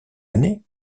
années